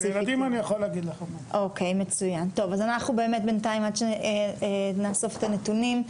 עד שנאסוף את הנתונים,